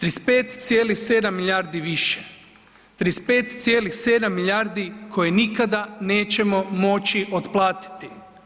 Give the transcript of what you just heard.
35,7 milijardi više, 35,7 milijardi koje nikada nećemo moći otplatiti.